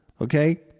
Okay